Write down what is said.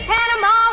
Panama